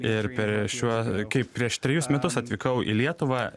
ir per šiuo kai prieš trejus metus atvykau į lietuvą